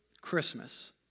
Christmas